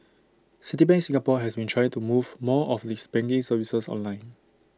Citibank Singapore has been trying to move more of its banking services online